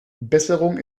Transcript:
besserung